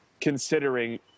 considering